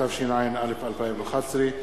התשע"א 2011,